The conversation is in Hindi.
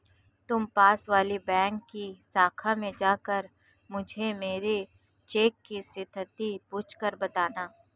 तुम पास वाली बैंक की शाखा में जाकर मुझे मेरी चेक की स्थिति पूछकर बताना